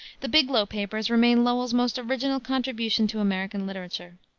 the biglow papers remain lowell's most original contribution to american literature.